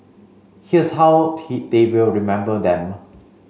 here's how they will remember them